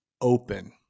open